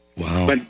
Wow